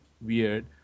weird